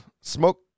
smoke